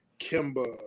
Kimba